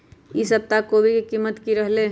ई सप्ताह कोवी के कीमत की रहलै?